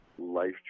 life